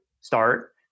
start